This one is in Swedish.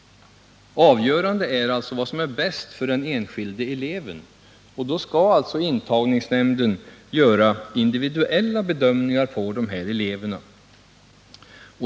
Avgörande är vad som är bäst för den enskilde eleven. Därför skall intagningsnämnden göra individuella bedömningar av de här eleverna.